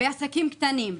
בעסקים קטנים.